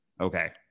Okay